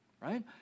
right